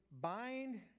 bind